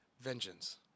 vengeance